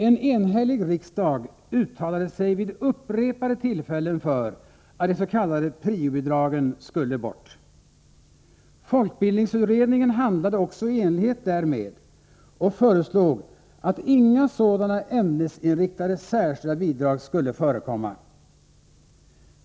En enhällig riksdag uttalade sig vid upprepade tillfällen för att de s.k. prio-bidragen skulle bort. Folkbildningsutredningen handlade också i enlighet därmed och föreslog att inga sådana ämnesinriktade särskilda bidrag skulle förekomma.